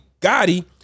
Gotti